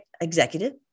executive